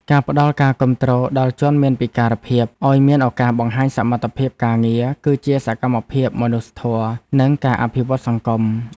ការផ្តល់ការគាំទ្រដល់ជនមានពិការភាពឱ្យមានឱកាសបង្ហាញសមត្ថភាពការងារ គឺជាសកម្មភាពមនុស្សធម៌និងការអភិវឌ្ឍសង្គម។